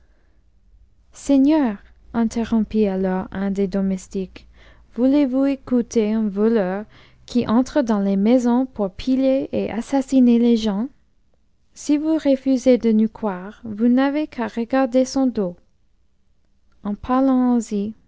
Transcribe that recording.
interromptt alors un des domestiques voulez-vous écouter un voleur qui entre dans les maisons pour piller et assassiner les gens si vous refusez de nous croire vous n'avez qu'à regarder son dos en parlant ainsi